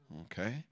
okay